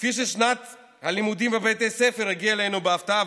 כפי ששנת הלימודים בבתי הספר הגיעה אלינו בהפתעה,